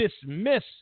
dismiss